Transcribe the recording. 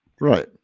Right